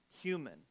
human